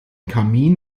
kamin